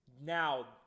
Now